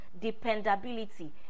Dependability